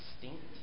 distinct